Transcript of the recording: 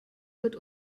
wird